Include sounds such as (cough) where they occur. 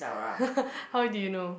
(laughs) how did you know